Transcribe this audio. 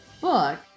book